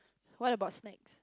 what about snacks